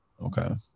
Okay